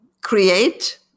create